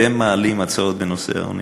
אתם מעלים הצעות בנושא העוני?